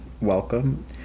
welcome